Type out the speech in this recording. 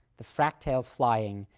the frac-tails flying,